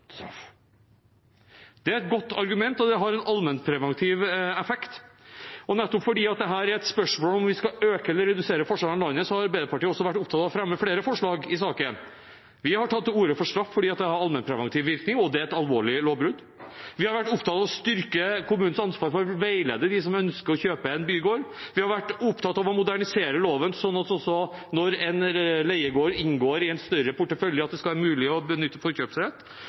Det er et godt argument, og det har en allmennpreventiv effekt. Nettopp fordi dette er et spørsmål om vi skal øke eller redusere forskjellene i landet, har Arbeiderpartiet vært opptatt av å fremme flere forslag i saken. Vi har tatt til orde for straff fordi det har allmennpreventiv virkning, og fordi dette er et alvorlig lovbrudd. Vi har vært opptatt av å styrke kommunenes ansvar for å veilede dem som ønsker å kjøpe en bygård. Vi har vært opptatt av å modernisere loven, slik at det også når en leiegård inngår i en større portefølje, skal være mulig å benytte forkjøpsrett,